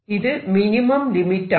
ഇത് minimum limit ആണ്